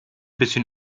bisschen